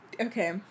Okay